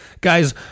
guys